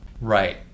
right